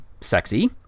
sexy